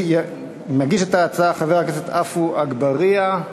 ביטול אגרת רדיו וטלוויזיה).